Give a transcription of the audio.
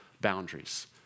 boundaries